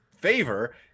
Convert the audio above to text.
favor